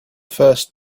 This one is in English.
first